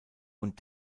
und